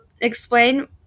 explain